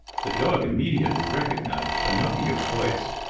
the dog immediately recognized pinocchio's voice.